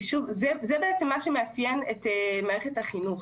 כי זה מה שמאפיין את מערכת החינוך